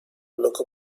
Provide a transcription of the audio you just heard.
loco